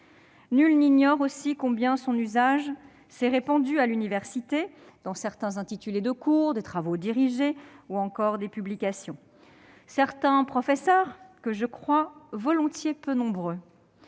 Nul n'ignore aussi combien son usage s'est répandu à l'université, dans certains intitulés de cours, de travaux dirigés ou de publications. Certains professeurs, que je crois volontiers peu nombreux,